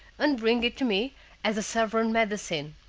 and bring it me as a sovereign medicine,